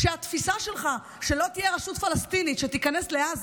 שהתפיסה שלך היא שלא תהיה רשות פלסטינית שתיכנס לעזה,